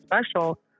special